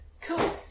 Cool